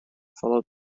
followed